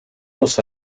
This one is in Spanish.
los